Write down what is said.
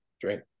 drink